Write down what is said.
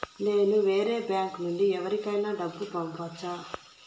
నేను వేరే బ్యాంకు నుండి ఎవరికైనా డబ్బు పంపొచ్చా?